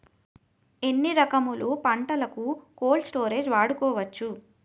ఎన్ని రకములు పంటలకు కోల్డ్ స్టోరేజ్ వాడుకోవచ్చు?